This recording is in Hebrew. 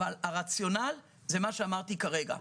אבל הרציונל זה מה שאמרתי כרגע.